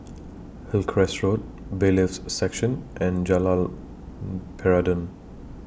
Hillcrest Road Bailiffs' Section and Jalan Peradun